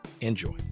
enjoy